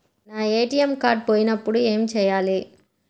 నా ATM card పోయినప్పుడు ఏమి చేయాలి?